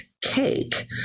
Cake